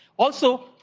also,